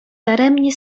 daremnie